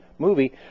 Movie